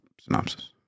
synopsis